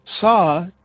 saw